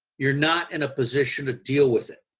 you're not in a position to deal with it.